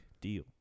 deal